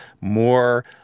more